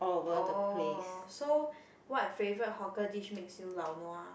oh so what favorite hawker dish makes you lao nua